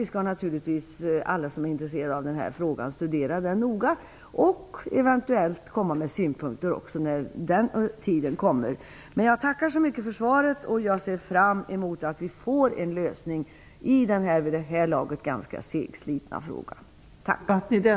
Vi skall naturligtvis alla som är intresserade av denna fråga studera den noga och eventuellt komma med synpunkter när den tiden kommer. Jag tackar så mycket för svaret. Jag ser fram emot att vi får en lösning i den vid det här laget ganska segslitna frågan.